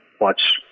watch